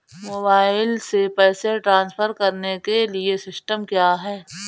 Mobile से पैसे transfer करने के लिए सिस्टम क्या है?